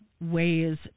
ways